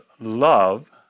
love